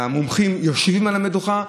המומחים יושבים על המדוכה,